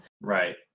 right